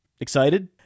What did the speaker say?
Excited